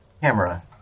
camera